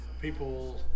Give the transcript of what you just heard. people